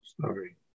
Sorry